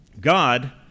God